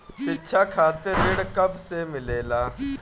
शिक्षा खातिर ऋण कब से मिलेला?